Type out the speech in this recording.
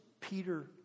peter